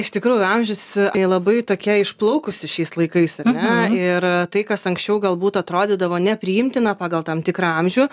iš tikrųjų amžius tai labai tokia išplaukusi šiais laikais ar ne ir tai kas anksčiau galbūt atrodydavo nepriimtina pagal tam tikrą amžių